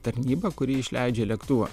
tarnyba kuri išleidžia lėktuvą